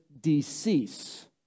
decease